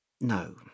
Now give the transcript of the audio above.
no